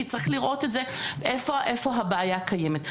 כי צריך לראות איפה הבעיה קיימת.